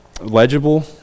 Legible